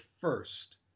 first